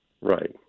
Right